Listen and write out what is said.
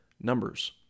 numbers